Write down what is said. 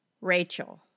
Rachel